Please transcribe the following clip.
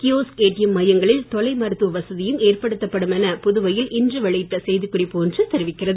kiosk ATM மையங்களில் தொலை மருத்துவ வசதியும் ஏற்படுத்தப்படும் என புதுவையில் இன்று வெளியிடப்பட்ட செய்திக் குறிப்பு ஒன்று தெரிவிக்கிறது